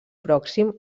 pròxim